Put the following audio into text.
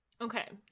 Okay